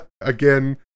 again